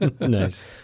Nice